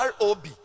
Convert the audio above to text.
rob